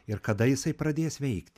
ir kada jisai pradės veikti